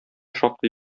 шактый